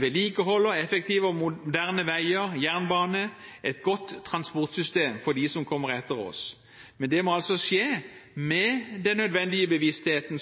vedlikeholder effektive og moderne veier og jernbane – et godt transportsystem for dem som kommer etter oss. Men det må altså skje med den nødvendige bevisstheten